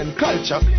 culture